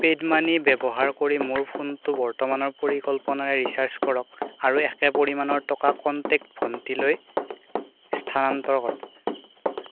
paid money ব্যৱহাৰ কৰি মোৰ ফোনটো বৰ্তমানৰ পৰিকল্পনাৰে ৰিচাৰ্জ কৰক আৰু একে পৰিমাণৰ টকা কণ্টেক্ট ভণ্টিলৈ স্থানান্তৰ কৰক